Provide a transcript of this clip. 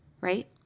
right